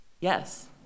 Yes